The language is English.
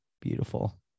beautiful